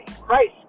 Christ